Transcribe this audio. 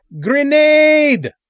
Grenade